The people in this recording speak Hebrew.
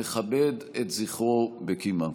נכבד את זכרו בקימה.